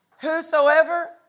whosoever